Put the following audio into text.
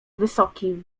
wysoki